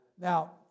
Now